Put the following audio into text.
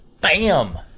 Bam